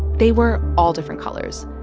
they were all different colors.